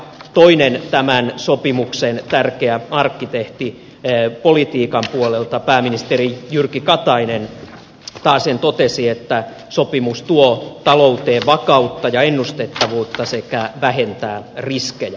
toinen tämän sopimuksen tärkeä arkkitehti politiikan puolelta pääministeri jyrki katainen taasen totesi että sopimus tuo talouteen vakautta ja ennustettavuutta sekä vähentää riskejä